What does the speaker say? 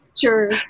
Sure